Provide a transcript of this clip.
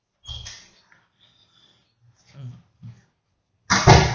mm